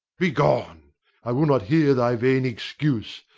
be gone i will not hear thy vain excuse,